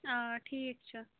آ ٹھیٖک چھِ